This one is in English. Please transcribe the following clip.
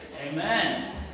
Amen